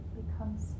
becomes